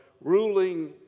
ruling